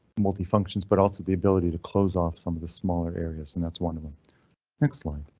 multi functions but also the ability to close off some of the smaller areas. and that's one of them next slide.